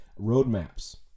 roadmaps